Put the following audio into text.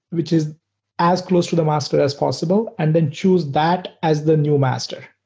which is as close to the master as possible and then choose that as the new master.